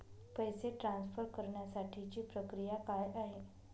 पैसे ट्रान्सफर करण्यासाठीची प्रक्रिया काय आहे?